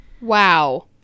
Wow